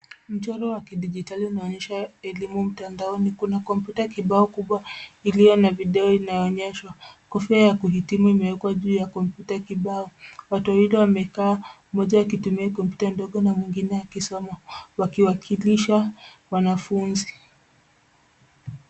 Mchoro wa kidijitali uanonyesha elimu mtandaoni. Kuna kompyuta kibao kubwa iliyo na video inayoonyeshwa. Kofia ya kuhitimu imeekwa juu ya kompyuta kibao. Watu wawili wamekaa, mmoja akitumia kompyuta ndogo na mwingine akisoma wakiwakilisha wanafunzi.